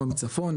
או מצפון,